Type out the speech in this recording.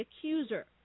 accuser